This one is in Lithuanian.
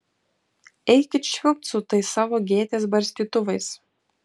eikit švilpt su tais savo gėtės barstytuvais